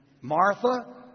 Martha